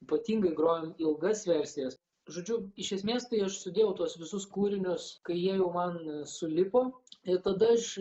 ypatingai grojom ilgas versijas žodžiu iš esmės tai aš sudėjau tuos visus kūrinius kai jie jau man sulipo ir tada aš